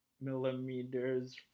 millimeters